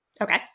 Okay